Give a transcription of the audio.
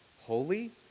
holy